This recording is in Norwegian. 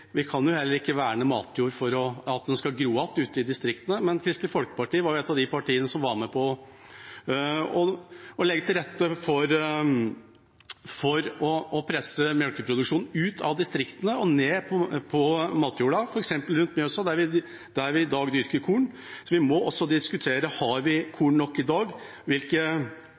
gro igjen ute i distriktene. Kristelig Folkeparti var et av partiene som var med på å legge til rette for å presse melkeproduksjonen ut av distriktene og ned på matjorda, f.eks. rundt Mjøsa, der vi i dag dyrker korn. Vi må også diskutere om vi i dag har korn nok,